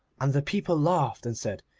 and the people laughed and said,